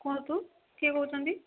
କୁହନ୍ତୁ କିଏ କହୁଛନ୍ତି